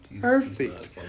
perfect